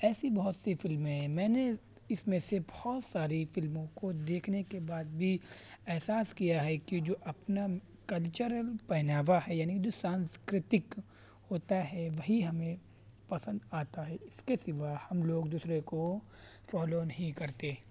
ایسی بہت سی فلمیں ہیں میں نے اس میں سے بہت ساری فلموں کو دیکھنے کے بعد بھی احساس کیا ہے کہ جو اپنا کلچر ہے پہناوا ہے یعنی کہ جو سنسکرتک ہوتا ہے وہی ہمیں پسند آتا ہے اس کے سوا ہم لوگ دوسرے کو فالو نہیں کرتے